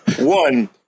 One